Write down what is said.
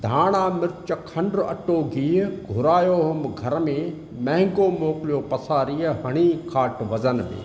धाणा मिर्च खंड अटो गिहु घुरायो हुउमि घर में महांगो मोकिलियो पंसारीअ हणी खाटु वज़न में